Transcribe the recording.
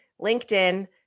LinkedIn